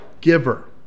giver